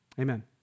Amen